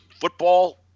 football